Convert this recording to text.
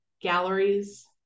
galleries